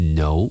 no